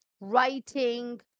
writing